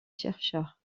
chercheurs